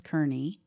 Kearney